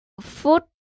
Foot